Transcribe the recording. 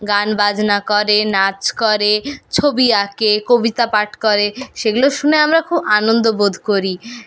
গান বাজনা করে নাচ করে ছবি আঁকে কবিতা পাঠ করে সেগুলো শুনে আমরা খুব আনন্দবোধ করি